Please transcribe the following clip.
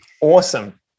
awesome